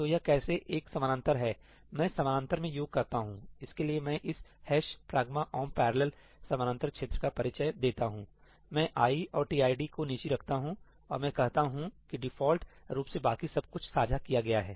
तो यह कैसे एक समानांतर है मैं समानांतर में योग करता हूं इसके लिए मैं इस ' pragma omp parallel' समानांतर क्षेत्र का परिचय देता हूं मैं i और tid को निजी रखता हूं और मैं कहता हूं कि डिफ़ॉल्ट रूप से बाकी सब कुछ साझा किया गया है